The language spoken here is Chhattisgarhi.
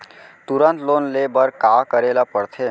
तुरंत लोन ले बर का करे ला पढ़थे?